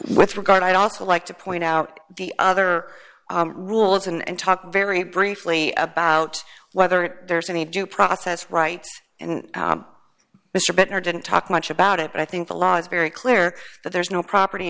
with regard i'd also like to point out the other rules and talk very briefly about whether there's any due process rights and mr butler didn't talk much about it but i think the law is very clear that there is no property